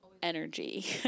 energy